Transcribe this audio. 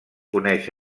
coneix